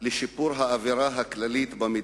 לשיפור האווירה הכללית במדינה,